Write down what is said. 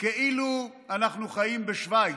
כאילו אנחנו חיים בשווייץ.